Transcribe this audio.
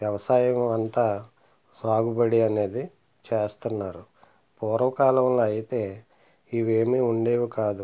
వ్యవసాయం అంతా సాగుబడి అనేది చేస్తున్నారు పూర్వకాలంలో అయితే ఇవేవి ఉండేవి కాదు